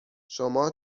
شما